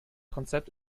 konzept